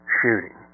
shooting